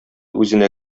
үзенә